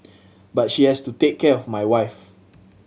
but she has to take care of my wife